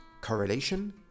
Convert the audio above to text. correlation